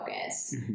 focus